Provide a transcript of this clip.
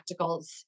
practicals